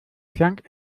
planck